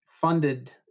funded